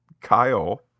Kyle